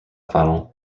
final